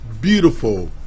beautiful